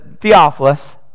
Theophilus